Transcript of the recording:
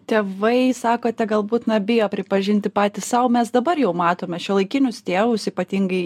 tėvai sakote galbūt na bijo pripažinti patys sau mes dabar jau matome šiuolaikinius tėvus ypatingai